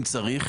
אם צריך.